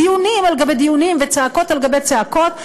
דיונים על גבי דיונים וצעקות על גבי צעקות,